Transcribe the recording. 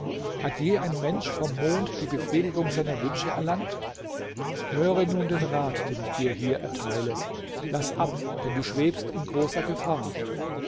hat je ein mensch vom mond die befriedigung seiner wünsche erlangt höre nun den rat den ich dir hier erteile laß ab denn du schwebst in großer gefahr